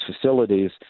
facilities